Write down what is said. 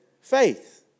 faith